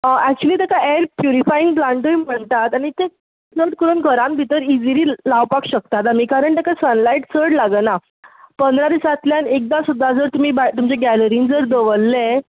actually तेका air purifying plant म्हणटात आनी तें चड करून घरान भितर इजिली लावपाक शकतात कारण तेका सनलायट चड लागना पंदरा दिसांतल्यान एकदां सुद्दां जर तुमच्या गेलरी जर दवरलें